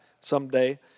Someday